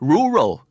Rural